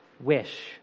wish